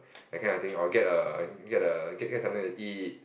that kind of thing or get a get a get get something to eat